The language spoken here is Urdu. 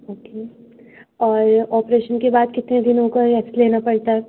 اوکے اور آپریشن کے بعد کتنے دنوں کا ریسٹ لینا پڑتا ہے